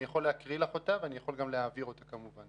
אני יכול להקריא לך אותה ואני יכול גם להעביר אותה כמובן.